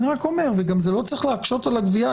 זה גם לא צריך להקשות על הגבייה.